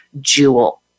jewel